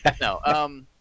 No